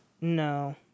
No